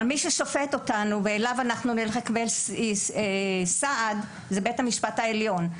אבל מי ששופט אותנו ואליו אנחנו נלך כדי לקבל סעד זה בית המשפט העליון.